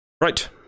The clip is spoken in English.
right